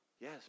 Yes